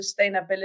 sustainability